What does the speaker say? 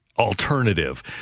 alternative